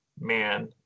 man